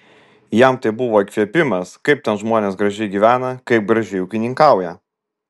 jam tai buvo įkvėpimas kaip ten žmonės gražiai gyvena kaip gražiai ūkininkauja